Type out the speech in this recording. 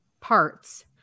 parts